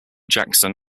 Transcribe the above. jackson